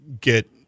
get